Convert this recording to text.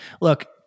Look